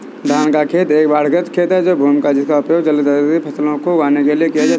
धान का खेत एक बाढ़ग्रस्त खेत या भूमि है जिसका उपयोग अर्ध जलीय फसलों को उगाने के लिए किया जाता है